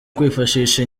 kwifashisha